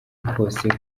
kose